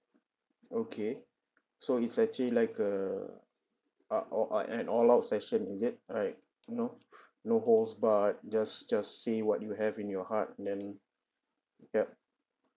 okay so it's actually like err uh all out an all out session is it like you know no holds barred just just say what you have in your heart then yup